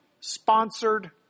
sponsored